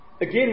Again